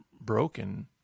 broken